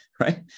right